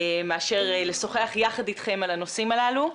מאשר לשוחח יחד איתכם על הנושאים הללו.